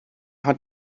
hat